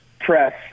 press